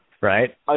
Right